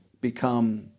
become